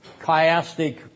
chiastic